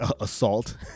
assault